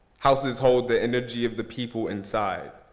houses hold the energy of the people inside.